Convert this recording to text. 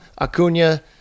Acuna